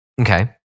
Okay